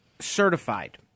certified